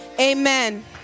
Amen